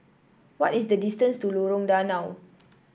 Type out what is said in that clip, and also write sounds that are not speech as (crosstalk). what is the distance to Lorong Danau (noise)